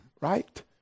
right